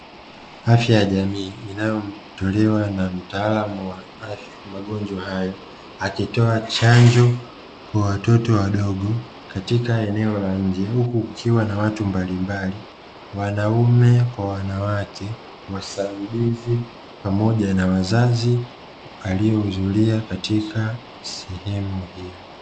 Afya ya jamii inayotolewa na mtaalamu wa afya magonjwa hayo, akitoa chanjo kwa watoto wadogo katika eneo la mji; huku kukiwa na watu mbalimbali wanaume kwa wanawake, wasaidizi pamoja na wazazi, waliohudhuria katika sehemu hiyo.